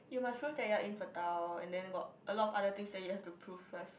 you must prove that you're infertile and then got a lot of other things that you have to prove first